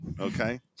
Okay